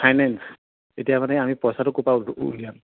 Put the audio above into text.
finance এতিয়া মানে আমি পইচাটো ক'ৰপৰা উলিয়াম